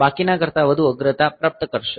તેઓ બાકીના કરતાં વધુ અગ્રતા પ્રાપ્ત કરશે